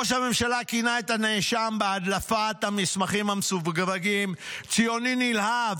ראש הממשלה כינה את הנאשם בהדלפת המסמכים המסווגים ציוני נלהב,